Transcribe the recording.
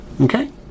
Okay